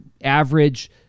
average